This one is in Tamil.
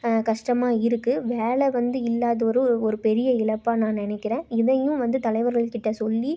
கஷ்டமாக இருக்குது வேலை வந்து இல்லாதது ஒரு ஒரு பெரிய இழப்பா நான் நினைக்கிறேன் இதையும் வந்து தலைவர்கள்கிட்டே சொல்லி